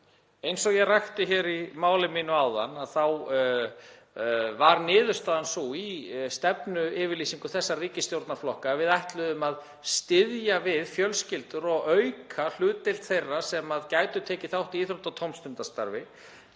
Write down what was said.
Eins og ég rakti í máli mínu áðan þá var niðurstaðan sú í stefnuyfirlýsingu þessara ríkisstjórnarflokka að við ætluðum að styðja við fjölskyldur og auka hlutdeild þeirra sem gætu tekið þátt í íþrótta- og tómstundastarfi.